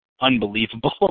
unbelievable